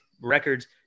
records